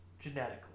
Genetically